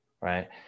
right